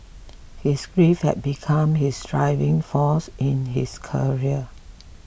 his grief had become his driving force in his career